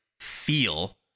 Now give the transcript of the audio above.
feel